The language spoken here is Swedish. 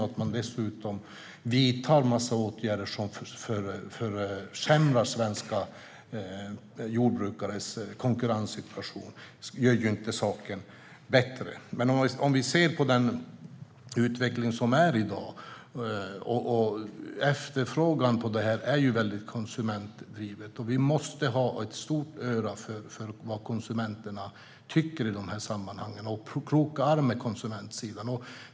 Att man dessutom vidtog en massa åtgärder som försämrar svenska jordbrukares konkurrenssituation gör inte saken bättre. Men om vi ser på den utveckling som är i dag kan vi se att efterfrågan är mycket konsumentdriven. Vi måste ha ett stort öra för vad konsumenterna tycker i de här sammanhangen och kroka arm med konsumentsidan.